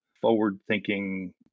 forward-thinking